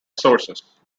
sources